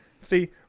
see